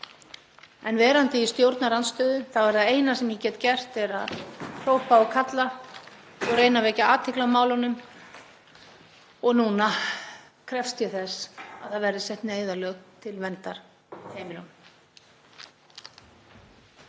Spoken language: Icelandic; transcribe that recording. En verandi í stjórnarandstöðu er það eina sem ég get gert að hrópa og kalla og reyna að vekja athygli á málunum. Núna krefst ég þess að sett verði neyðarlög til verndar heimilunum.